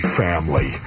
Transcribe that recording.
family